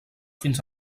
fins